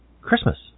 Christmas